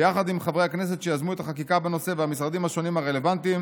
ביחד עם חברי הכנסת שיזמו את החקיקה בנושא והמשרדים השונים הרלוונטיים,